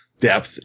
depth